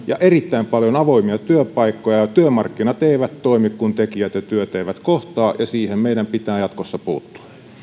ja erittäin paljon avoimia työpaikkoja ja työmarkkinat eivät toimi kun tekijät ja työt eivät kohtaa ja siihen meidän pitää jatkossa puuttua